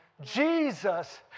Jesus